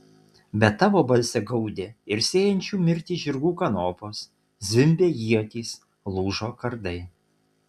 bet tavo balse gaudė ir sėjančių mirtį žirgų kanopos zvimbė ietys lūžo kardai